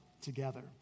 together